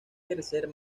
tercer